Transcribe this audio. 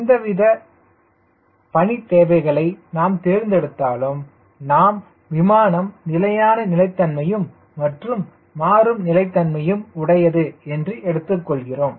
எவ்வித பணி தேவைகளை நாம் தேர்ந்தெடுத்தாலும் நாம் விமானம் நிலையான நிலைத்தன்மையும் மற்றும் மாறும் நிலைத்தன்மையும் உடையது என்று எடுத்துக் கொள்கிறோம்